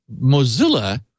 Mozilla